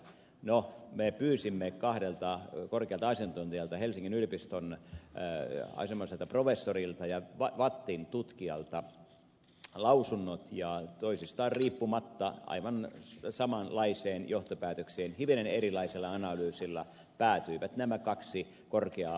no me pyysimme kahdelta korkealta asiantuntijalta helsingin yliopiston asianomaiselta professorilta ja vattin tutkijalta lausunnot ja toisistaan riippumatta aivan samanlaiseen johtopäätökseen hivenen erilaisella analyysilla päätyivät nämä kaksi korkeaa asiantuntijaa